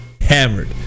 Hammered